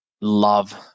love